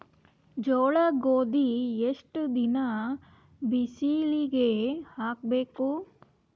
ಜೋಳ ಗೋಧಿ ಎಷ್ಟ ದಿನ ಬಿಸಿಲಿಗೆ ಹಾಕ್ಬೇಕು?